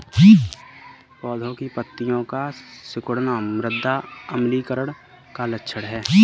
पौधों की पत्तियों का सिकुड़ना मृदा अम्लीकरण का लक्षण है